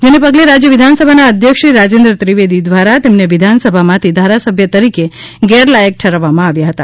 જેને પગલે રાજ્ય વિધાનસભાના અધ્યક્ષ શ્રી રાજેન્દ્ર ત્રિવેદી દ્વારા તેમને વિધાન સભામાંથી ધારાસભ્ય તરીકે ગેરલાયક ઠરાવવામાં આવ્યા હતા